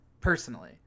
personally